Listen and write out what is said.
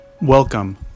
Welcome